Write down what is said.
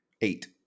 eight